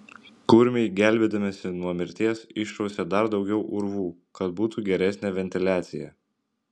kurmiai gelbėdamiesi nuo mirties išrausė dar daugiau urvų kad būtų geresnė ventiliacija